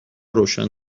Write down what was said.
روشن